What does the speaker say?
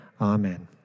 Amen